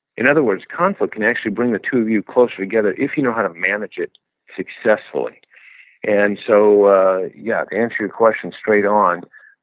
in other words, conflict can actually bring the two of you closer together if you know how to manage it successfully and so yeah to answer your question straight on,